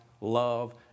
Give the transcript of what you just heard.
love